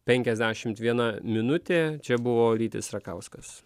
penkiasdešimt viena minutė čia buvo rytis rakauskas